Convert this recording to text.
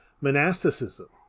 monasticism